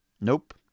Nope